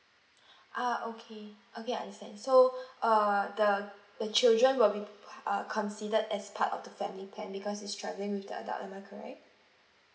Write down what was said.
ah okay okay I understand so err the the children will be uh considered as part of the family plan because is travelling with the adult am I correct